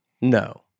No